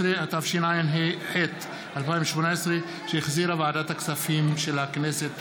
18), התשע"ח 2018, שהחזירה ועדת הכספים של הכנסת.